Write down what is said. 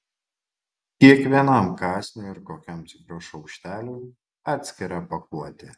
kiekvienam kąsniui ar kokiam cukraus šaukšteliui atskira pakuotė